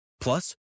Plus